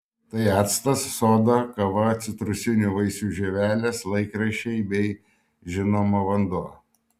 tai actas soda kava citrusinių vaisių žievelės laikraščiai bei žinoma vanduo